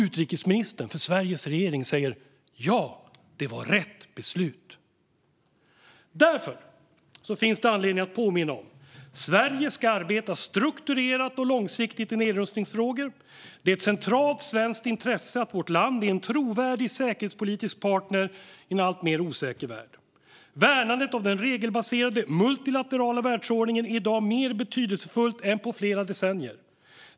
Utrikesministern i Sveriges regering sa: Ja, det var rätt beslut. Därför finns det anledning att påminna om detta: Sverige ska arbeta strukturerat och långsiktigt i nedrustningsfrågor. Det är ett centralt svenskt intresse att vårt land är en trovärdig säkerhetspolitisk partner i en alltmer osäker värld. Värnandet av den regelbaserade multilaterala världsordningen är i dag mer betydelsefullt än på flera decennier.